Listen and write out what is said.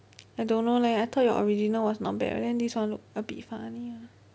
I don't know leh I thought your original was not bad then this one look a bit funny ah